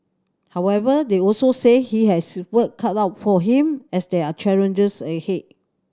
however they also said he has work cut out for him as there are challenges ahead